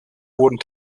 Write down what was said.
wurden